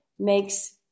makes